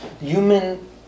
human